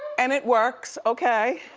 and it works, okay.